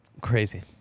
Crazy